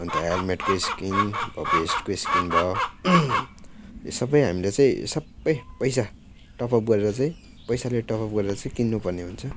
अन्त हेलमेटको स्किन अब भेस्टको स्किन भयो यो सबै हामीले चाहिँ सबै पैसा टप अप गरेर चाहिँ पैसाले टप अप गरेर चाहिँ किन्नु पर्ने हुन्छ